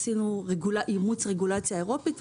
עשינו אימוץ רגולציה אירופית.